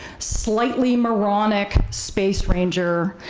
slightly moronic space ranger